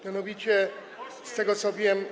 Mianowicie z tego, co wiem.